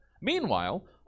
Meanwhile